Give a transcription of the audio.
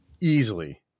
easily